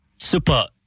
Super